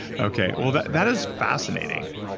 okay. well, that that is fascinating.